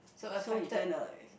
so you tend to like